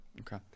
okay